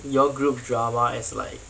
your group drama is like